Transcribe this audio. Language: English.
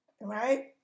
right